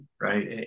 right